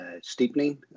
steepening